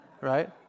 right